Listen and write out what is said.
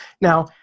Now